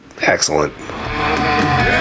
excellent